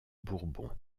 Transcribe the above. bourbon